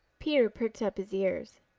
peter pricked up his ears.